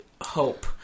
hope